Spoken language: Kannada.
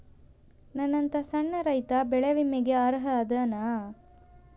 ನನ್ನಂತ ಸಣ್ಣ ರೈತಾ ಬೆಳಿ ವಿಮೆಗೆ ಅರ್ಹ ಅದನಾ?